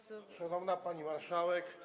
Szanowna Pani Marszałek!